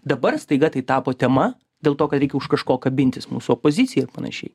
dabar staiga tai tapo tema dėl to reikia už kažko kabintis mūsų opozicijai ir panašiai